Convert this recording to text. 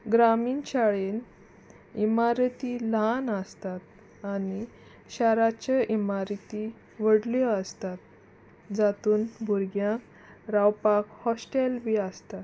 ग्रामीण शाळेन इमारती ल्हान आसतात आनी शाराच्यो इमारती व्हडल्यो आसतात जातून भुरग्यांक रावपाक हॉस्टेल बी आसता